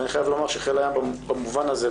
ואני חייב לומר שחיל הים במובן הזה,